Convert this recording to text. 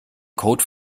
code